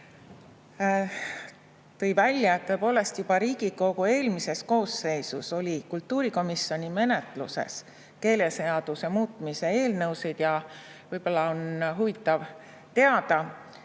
tõi välja, et tõepoolest, juba Riigikogu eelmises koosseisus oli kultuurikomisjoni menetluses keeleseaduse muutmise eelnõusid. Ja võib-olla on huvitav teada,